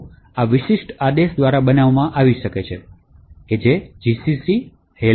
o આ વિશિષ્ટ આદેશ દ્વારા બનાવવામાં આવી શકે છે gcc hello